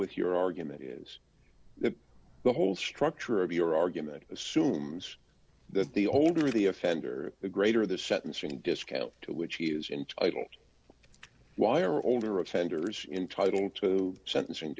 with your argument is that the whole structure of your argument assumes that the older the offender the greater the sentencing disco to which he is entitled why are older offenders entitle to sentencing